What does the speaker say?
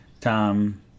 tom